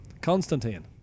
Constantine